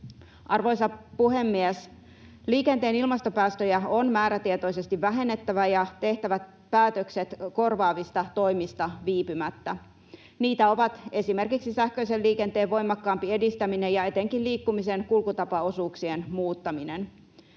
Arvoisa puhemies! Liikenteen ilmastopäästöjä on määrätietoisesti vähennettävä ja tehtävä päätökset korvaavista toimista viipymättä. Niitä ovat esimerkiksi sähköisen liikenteen voimakkaampi edistäminen ja etenkin liikkumisen kulkutapaosuuksien muuttaminen.